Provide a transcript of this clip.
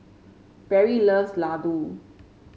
Berry loves Ladoo